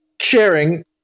sharing